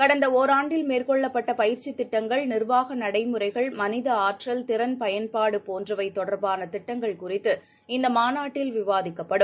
கடந்தஒராண்டில் மேற்கொள்ளப்பட்டபயிற்சித் திட்டங்கள் நிர்வாகநடைமுறைகள் மனிதஆற்றல் திறன் பயன்பாடுபோன்றவைதொடர்பானதிட்டங்கள் குறித்து இந்தமாநாட்டில் விவாதிக்கப்படும்